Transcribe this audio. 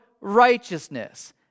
righteousness